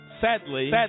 sadly